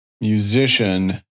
musician